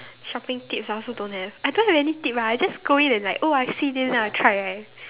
shopping tips I also don't have I don't have any tip ah I just go in and like oh I see then I'll try right